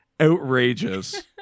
outrageous